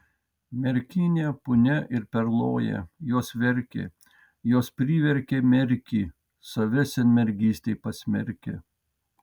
merkinė punia ir perloja jos verkė jos priverkė merkį save senmergystei pasmerkę